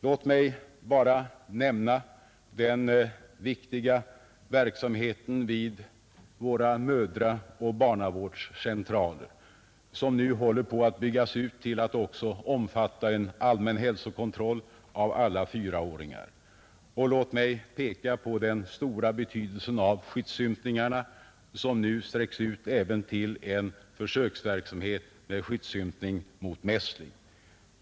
Låt mig bara nämna den viktiga verksamheten vid våra mödraoch barnavårdscentraler, som nu håller på att byggas ut till att också omfatta en allmän hälsokontroll av alla fyraåringar. Och låt mig peka på den stora betydelsen av skyddsympningarna, som nu sträckts ut även till en försöksverksamhet med skyddsympning mot mässling.